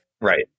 Right